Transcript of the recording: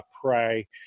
pray